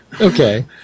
Okay